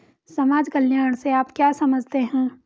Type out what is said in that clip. समाज कल्याण से आप क्या समझते हैं?